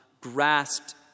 grasped